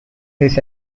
his